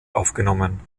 aufgenommen